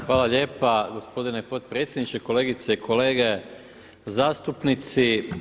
Hvala lijepa gospodine potpredsjedniče, kolegice i kolege zastupnici.